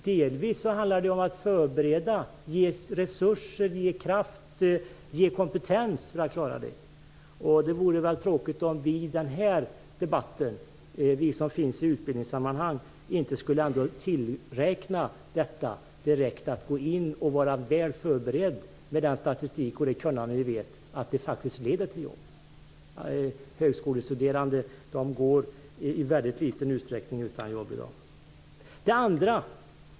Delvis handlar det om att förbereda, ge resurser, kraft och kompetens för att klara en halvering. Det vore väl tråkigt om vi som sysslar med utbildningsfrågor i den här debatten inte skulle tilltro att detta med att vara väl förberedd leder till jobb.